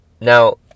Now